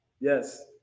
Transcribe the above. Yes